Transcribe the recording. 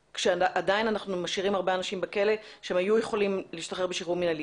כשעדיין אנחנו משאירים הרבה אנשים בכלא שהיו יכולים להשתחרר בשחרור מנהלי.